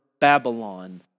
Babylon